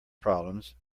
problems